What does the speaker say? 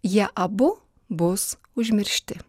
jie abu bus užmiršti